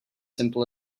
simple